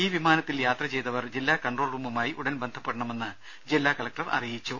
ഈ വിമാനത്തിൽ യാത്ര ചെയ്തവർ ജില്ലാ കൺട്രോൾ റൂമുമായി ഉടൻ ബന്ധപ്പെടണമെന്ന് ജില്ലാ കലക്ടർ അറിയിച്ചു